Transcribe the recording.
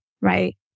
right